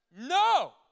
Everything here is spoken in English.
no